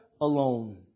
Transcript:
alone